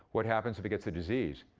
what happens if it gets a disease?